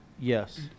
Yes